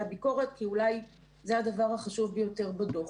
הביקורת כי אולי זה הדבר החשוב ביותר בדוח.